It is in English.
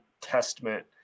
Testament